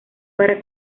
para